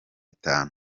itanu